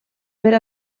per